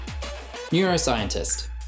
neuroscientist